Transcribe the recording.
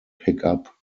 pickup